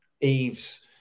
Eves